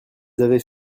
avaient